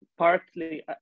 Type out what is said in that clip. Partly